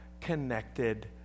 connected